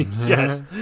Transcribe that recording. Yes